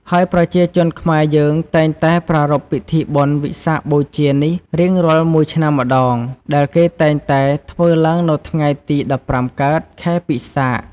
ហើយប្រជាជនខ្មែរយើងតែងតែប្រារព្ធពិធីបុណ្យវិសាខបូជានេះរៀងរាល់មួយឆ្នាំម្តង ដែលគេតែងតែធ្វើឡើងនៅថ្ងៃទី ១៥កើត ខែពិសាខ។